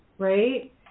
right